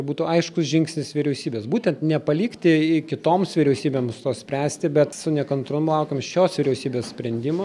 būtų aiškus žingsnis vyriausybės būtent nepalikti kitoms vyriausybėms to spręsti bet su nekantrumu laukiame šios vyriausybės sprendimo